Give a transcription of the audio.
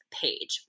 page